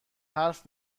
حرف